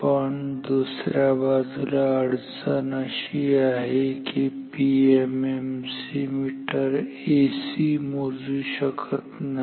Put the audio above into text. पण दुसऱ्या बाजूला अडचण अशी आहे की पीएमएमसी मीटर एसी मोजू शकत नाही